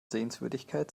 sehenswürdigkeit